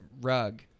rug